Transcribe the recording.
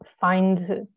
find